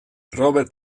robert